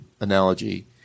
analogy